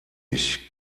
ich